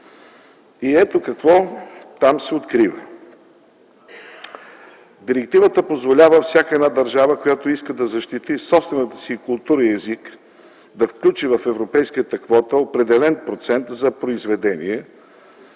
г. Ето какво се открива там. Директивата позволява всяка една държава, която иска да защити собствената си култура и език, да включи в европейската квота определен процент за произведения,